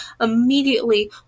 immediately